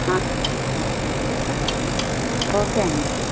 చేసి పంపిస్తాను ఓకే అండి